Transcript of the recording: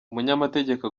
umunyamategeko